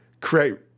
create